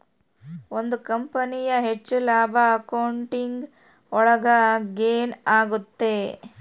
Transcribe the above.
ಒಂದ್ ಕಂಪನಿಯ ಹೆಚ್ಚು ಲಾಭ ಅಕೌಂಟಿಂಗ್ ಒಳಗ ಗೇನ್ ಆಗುತ್ತೆ